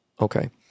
Okay